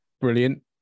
brilliant